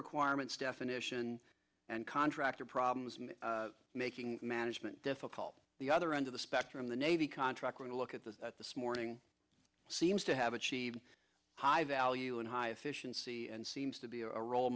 requirements definition and contractor problems making management difficult the other end of the spectrum the navy contract when to look at this morning seems to have achieved high value and high efficiency and seems to be a role